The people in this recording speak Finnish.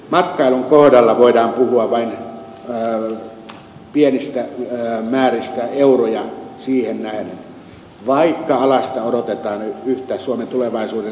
matkailun kohdalla voidaan puhua vain pienistä määristä euroja siihen nähden vaikka alasta odotetaan yhtä suomen tulevaisuuden suurimmista työllistäjistä